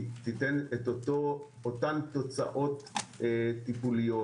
היא תיתן אותן תוצאות טיפוליות.